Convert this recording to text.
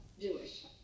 Jewish